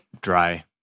Dry